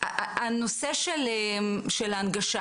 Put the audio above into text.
הנושא של ההנגשה